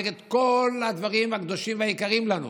נגד כל הדברים הקדושים והיקרים לנו,